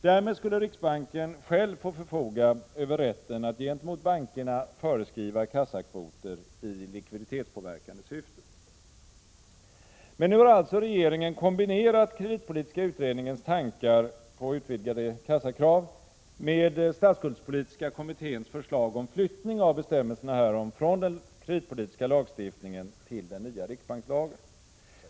Därmed skulle riksbanken själv få förfoga över rätten att gentemot bankerna föreskriva kassakvoter i likviditetspåverkande syfte. Men nu har alltså regeringen kombinerat kreditpolitiska utredningens tankar på utvidgade kassakrav med statsskuldspolitiska kommitténs förslag om flyttning av bestämmelserna härom från den kreditpolitiska lagstiftningen till den nya riksbankslagen.